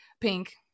pink